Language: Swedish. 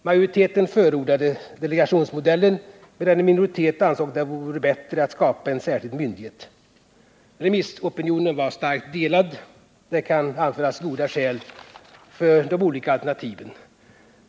Majoriteten förordade delegationsmodellen, medan en minoritet ansåg att det vore bättre att skapa en särskild myndighet. Remissopinionen var starkt delad. Det kan anföras goda skäl för de olika alternativen.